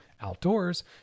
outdoors